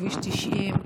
כביש 90,